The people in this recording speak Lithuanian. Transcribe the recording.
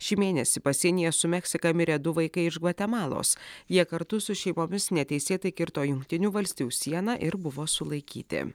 šį mėnesį pasienyje su meksika mirė du vaikai iš gvatemalos jie kartu su šeimomis neteisėtai kirto jungtinių valstijų sieną ir buvo sulaikyti